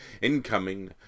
incoming